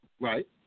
Right